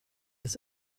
des